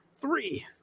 three